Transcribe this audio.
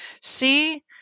See